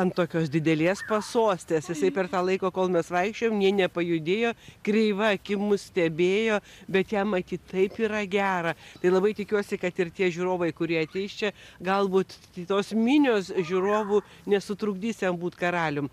ant tokios didelės pasostės jisai per tą laiką kol mes vaikščiojom nė nepajudėjo kreiva akim mus stebėjo bet jam matyt taip yra gera ir labai tikiuosi kad ir tie žiūrovai kurie ateis čia galbūt tai tos minios žiūrovų nesutrukdys jam būt karalium